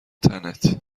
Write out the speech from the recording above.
تنت